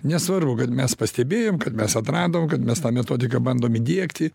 nesvarbu kad mes pastebėjom kad mes atradom kad mes tą metodiką bandom įdiegti